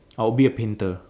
I would be a painter